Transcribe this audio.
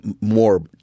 more